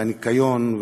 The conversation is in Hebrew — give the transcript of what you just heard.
והניקיון,